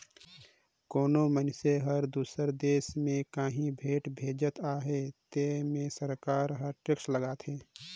कोनो मइनसे हर दूसर देस में काहीं भेंट भेजत अहे तेन में सरकार हर टेक्स लगाथे